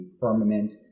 firmament